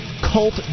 cult